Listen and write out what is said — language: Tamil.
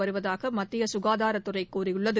வருவதாக மத்திய சுகாதாரத்துறை கூறியுள்ளது